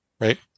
right